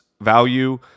value